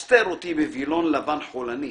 הסתר אותי בווילון לבן חולני,